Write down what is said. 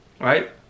Right